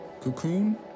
Cocoon